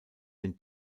den